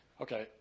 Okay